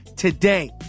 Today